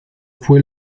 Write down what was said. fue